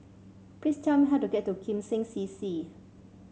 please tell me how to get to Kim Seng C C